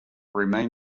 remain